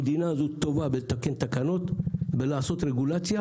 המדינה הזו טובה בלתקן תקנות וליצור רגוליציה.